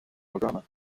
programa